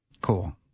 Cool